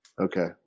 Okay